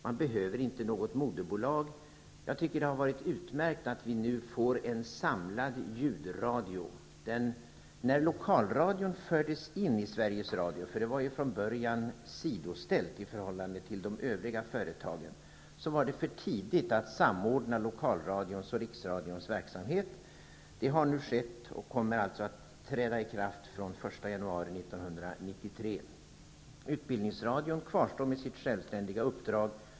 De behöver inte något moderbolag. Det är utmärkt att vi nu får en samlad ljudradio. Lokalradion var från början sidoställd i förhållande till de övriga företagen. När lokalradion fördes in i Sveriges Radio var det för tidigt att samordna lokalradions och Riksradions verksamhet. Detta har nu skett. Förändringen kommer att träda i kraft den 1 januari 1993. Utbildningsradion kvarstår med sitt självständiga uppdrag.